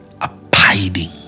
Abiding